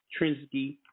Trinsky